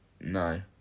No